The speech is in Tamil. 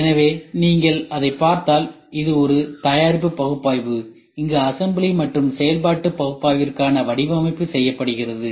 எனவே நீங்கள் அதைப் பார்த்தால் இது ஒரு தயாரிப்பு பகுப்பாய்வு இங்கு அசம்பிளி மற்றும் செயல்பாட்டு பகுப்பாய்விற்கான வடிவமைப்பு செய்யப்படுகிறது